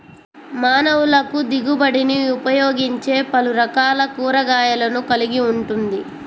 మానవులకుదిగుబడినిఉపయోగించేపలురకాల కూరగాయలను కలిగి ఉంటుంది